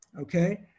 Okay